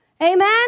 Amen